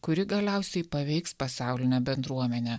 kuri galiausiai paveiks pasaulinę bendruomenę